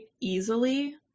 easily